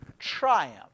Triumph